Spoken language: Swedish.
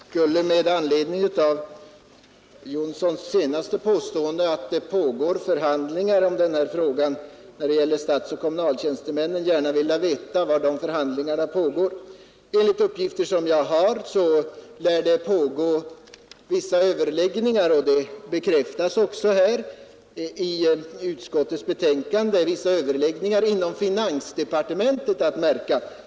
Herr talman! Med anledning av herr Johnssons i Blentarp påstående, att det pågår förhandlingar i denna fråga för statsoch kommunaltjänstemän, skulle jag gärna vilja veta var de pågår. Enligt uppgifter som jag har, lär vissa överläggningar pågå inom finansdepartementet, vilket också bekräftas i utskottets betänkande.